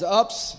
ups